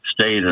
stayed